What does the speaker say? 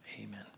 amen